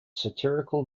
satirical